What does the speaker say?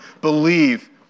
believe